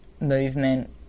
movement